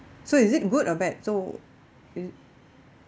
so is it good or bad so it